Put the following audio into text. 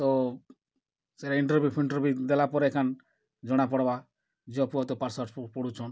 ତ ସେ ଇଣ୍ଟର୍ଭ୍ୟୁ ଫିଣ୍ଟର୍ଭ୍ୟୁ ଦେଲା ପରେ ଏଖେନ୍ ଜନା ପଡ଼୍ବା ଝିଅ ପୁଅ ତ ପାଠ୍ସାଠ୍ ସବୁ ପଢ଼ୁଛନ୍